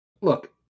look